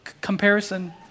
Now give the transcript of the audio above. comparison